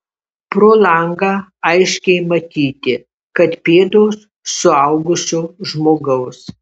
pro langą aiškiai matyti kad pėdos suaugusio žmogaus